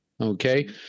okay